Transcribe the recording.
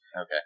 Okay